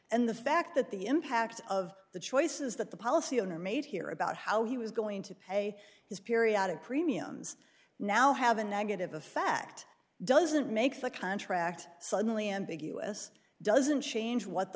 and the fact that the impact of the choices that the policy owner made here about how he was going to pay his periodic premiums now have a negative effect doesn't make the contract suddenly ambiguous doesn't change what the